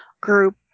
group